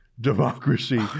democracy